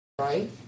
right